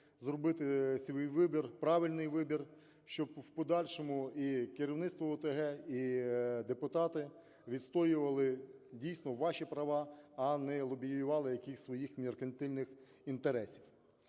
зробити свій вибір, правильний вибір. Щоб в подальшому і керівництво ОТГ і депутати відстоювали дійсно ваші права, а не лобіювали якісь свої меркантильні інтереси.